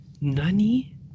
Nani